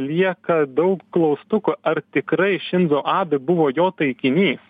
lieka daug klaustukų ar tikrai šindzo abi buvo jo taikinys